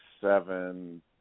seven